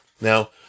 Now